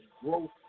growth